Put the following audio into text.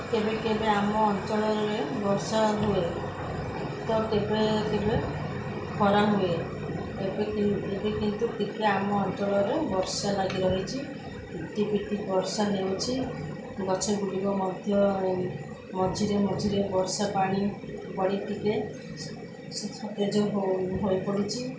କେବେ କେବେ ଆମ ଅଞ୍ଚଳରେ ବର୍ଷା ହୁଏ ତ କେବେ କେବେ ଖରା ହୁଏ ଏବେ ଏବେ କିନ୍ତୁ ଟିକିଏ ଆମ ଅଞ୍ଚଳରେ ବର୍ଷା ଲାଗିରହିଛି ଟିପିପିଟି ବର୍ଷା ହେଉଛି ଗଛଗୁଡ଼ିକ ମଧ୍ୟ ମଝିରେ ମଝିରେ ବର୍ଷା ପାଣି ପଡ଼ି ଟିକିଏ ସତେଜ ହୋଇ ହୋଇପଡ଼ିଛିି